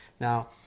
Now